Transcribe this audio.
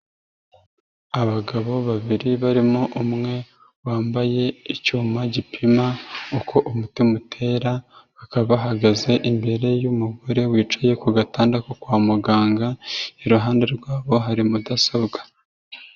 Abagabo babiri barimo umwe wambaye icyuma gipima uko umutima utera akaba ahagaze imbere y'umugore wicaye ku gatanda ko kwa muganga iruhande rwabo hari mudasobwa.